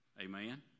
Amen